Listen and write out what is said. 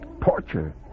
Torture